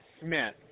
Smith